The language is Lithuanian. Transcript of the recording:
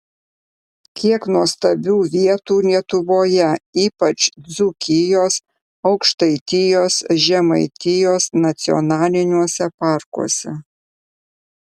kiek nuostabių vietų lietuvoje ypač dzūkijos aukštaitijos žemaitijos nacionaliniuose parkuose